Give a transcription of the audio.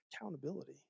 Accountability